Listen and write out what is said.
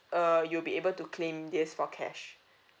uh you'll be able to claim this for cash